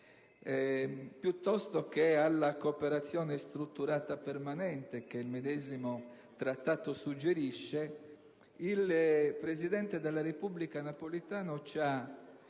piuttosto che alla cooperazione strutturata permanente, che il medesimo trattato suggerisce, il presidente della Repubblica Napolitano ci ha